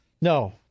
No